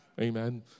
Amen